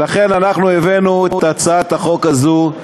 לכן אנחנו הבאנו את הצעת החוק הזאת,